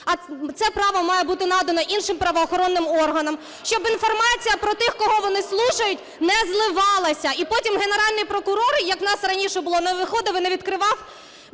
а це право має бути надано іншим правоохоронним органам, щоб інформація про тих, кого вони слухають, не зливалася, і потім Генеральний прокурор, як у нас раніше було, не виходив і не викривав